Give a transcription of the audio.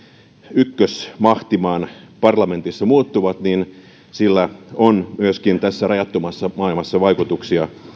ykkösmahtimaan parlamentissa muuttuvat niin sillä on tässä rajattomassa maailmassa vaikutuksia